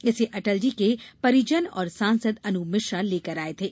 इसे अटल जी के परिजन और सांसद अनूप मिश्रा लेकर आये थे